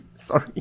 Sorry